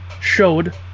showed